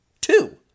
Two